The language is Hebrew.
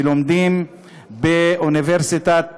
שלומדים באוניברסיטת